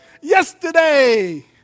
Yesterday